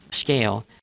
scale